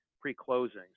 pre-closing